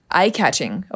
eye-catching